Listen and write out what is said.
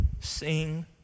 sing